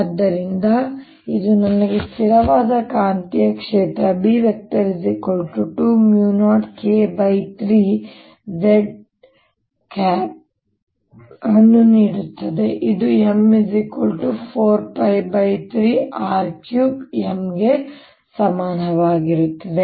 ಆದ್ದರಿಂದ ಇದು ನನಗೆ ಸ್ಥಿರವಾದ ಕಾಂತೀಯ ಕ್ಷೇತ್ರ B20K3z inside ಅನ್ನು ನೀಡುತ್ತದೆ ಇದು m4π3R3M ಗೆ ಸಮಾನವಾಗಿರುತ್ತದೆ